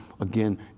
again